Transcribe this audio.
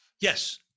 yes